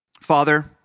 Father